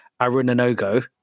Arunanogo